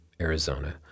Arizona